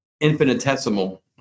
infinitesimal